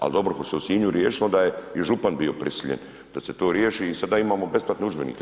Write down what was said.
Ali dobro ako se u Sinju riješilo onda je i župan bio prisiljen da se to riješi i sada imamo besplatne udžbenike.